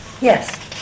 Yes